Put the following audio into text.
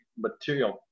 material